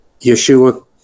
yeshua